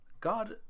God